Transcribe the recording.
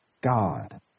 God